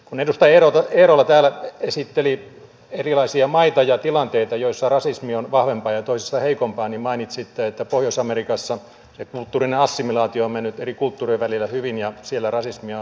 kun edustaja eerola täällä esitteli erilaisia maita ja tilanteita joissa rasismi on vahvempaa ja toisissa vähän heikompaa niin mainitsitte että pohjois amerikassa se kulttuurinen assimilaatio on mennyt eri kulttuurien välillä hyvin ja siellä rasismia on vähemmän